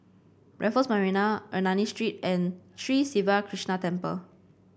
Raffles Marina Ernani Street and Sri Siva Krishna Temple